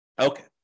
Okay